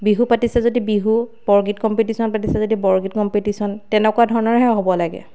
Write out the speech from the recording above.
বিহু পাতিছে যদি বিহু বৰগীত কম্পিটিশ্যন পাতিছে যদি বৰগীত কম্পিটিশ্যন তেনেকুৱা ধৰণৰ হে হ'ব লাগে